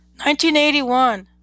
1981